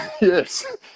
yes